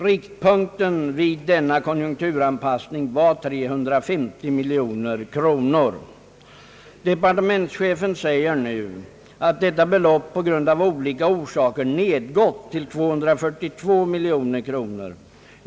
Riktpunkten vid denna konjunkturanpassning var 350 miljoner kronor. Departementschefen säger nu att detta belopp på grund av olika orsaker nedgått till 242 miljoner kronor.